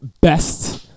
best